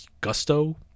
gusto